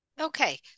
Okay